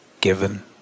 given